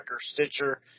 Stitcher